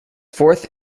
fourth